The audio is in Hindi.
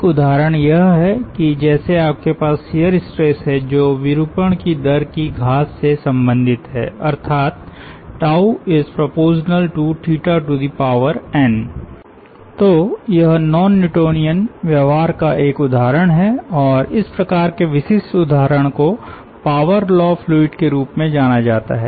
एक उदाहरण यह है कि जैसे आपके पास शियर स्ट्रेस है जो विरूपण की दर की धात से संबंधित है अर्थात् n तो यह नॉन न्यूटोनियन व्यवहार का एक उदाहरण है और इस प्रकार के विशिष्ट उदाहरण को पावर लॉ फ्लूइड के रूप में जाना जाता है